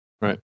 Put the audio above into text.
Right